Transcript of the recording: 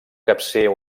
capcer